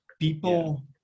people